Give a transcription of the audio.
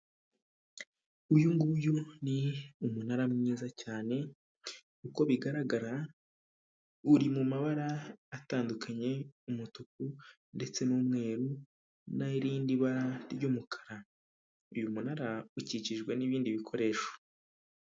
Uyu nguyu ni umunara mwiza cyane uko bigaragara uri mu mabara atandukanye, umutuku ndetse n'umweru n'irindi bara ry'umukara, uyu munara ukikijwe n'ibindi bikoresho.